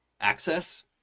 access